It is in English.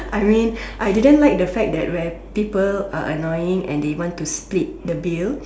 I mean I didn't like the fact that rare people are annoying and they want to split the bill